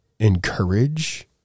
encourage